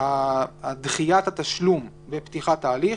דחיית התשלום בפתיחת ההליך